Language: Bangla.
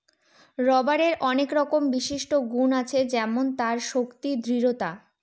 রবারের আনেক রকমের বিশিষ্ট গুন আছে যেমন তার শক্তি, দৃঢ়তা